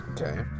okay